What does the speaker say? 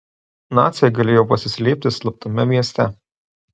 naciai galėję pasislėpti slaptame mieste